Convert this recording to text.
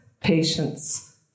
patience